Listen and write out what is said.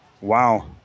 Wow